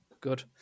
good